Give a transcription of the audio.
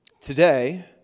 today